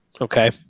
Okay